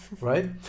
right